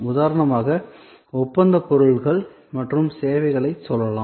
உதாரணமாக ஒப்பந்த பொருட்கள் மற்றும் சேவைகளைச் சொல்லலாம்